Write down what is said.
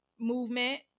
movement